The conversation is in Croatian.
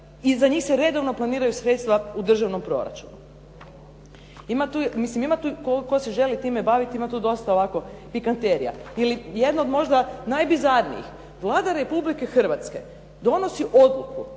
i za njih se redovno planiraju sredstva u državnom proračunu. Ima tu tko se želi time baviti, ima tu dosta ovako pikanterija. Ili jedno od možda najbizarnijih. Vlada Republike Hrvatske donosi odluku